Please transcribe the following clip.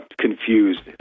confused